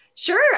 Sure